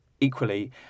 equally